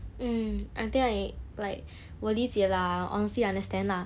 mm I think I like 我理解 lah honestly I understand lah